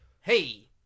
Hey